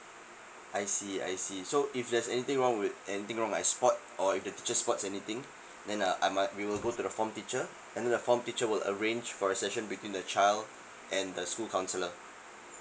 I see I see so if there's anything wrong with anything wrong like a sport or if the teacher spots anything then uh I'm uh we will go to the form teacher and then the form teacher will arrange for a session between the child and the school counsellor